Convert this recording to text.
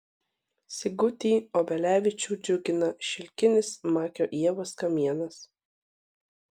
sigutį obelevičių džiugina šilkinis makio ievos kamienas